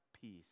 peace